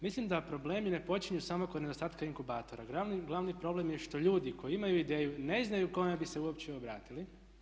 Mislim da problemi ne počinju samo kod nedostatka inkubatora, glavni problem je što ljudi koji imaju ideju ne znaju kome bi se uopće obratili.